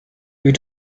you